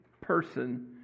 person